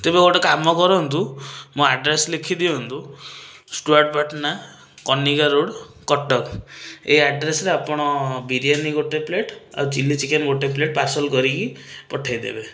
ତେବେ ଗୋଟେ କାମ କରନ୍ତୁ ମୋ ଆଡ଼୍ରେସ୍ ଲେଖି ଦିଅନ୍ତୁ ଷ୍ଟୁଆଟ୍ ପାଟଣା କନିକା ରୋଡ଼ କଟକ ଏ ଆଡ଼୍ରେସ୍ରେ ଆପଣ ବିରିୟାନୀ ଗୋଟେ ପ୍ଲେଟ୍ ଆଉ ଚିଲ୍ଲି ଚିକେନ୍ ଗୋଟେ ପ୍ଲେଟ୍ ପାର୍ସଲ କରିକି ପଠାଇଦେବେ